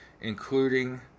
including